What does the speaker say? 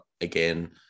again